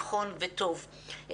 נכון וטוב.